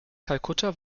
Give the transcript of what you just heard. kalkutta